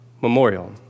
memorial